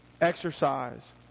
exercise